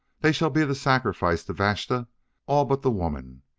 they shall be the sacrifice to vashta all but the woman.